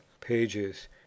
pages